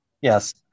Yes